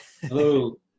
Hello